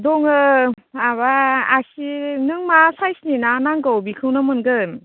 दङो माबा आसि नों मा साइसनि ना नांगौ बिखौनो मोनगोन